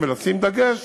ולשים דגש